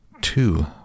two